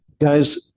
Guys